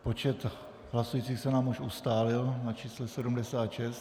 Počet hlasujících se nám už ustálil na čísle 76.